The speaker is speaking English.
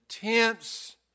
intense